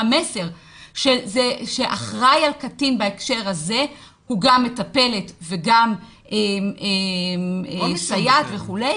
מסר שאחראי על קטין בהקשר הזה הוא גם מטפלת וגם סייעת וכולי,